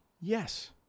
yes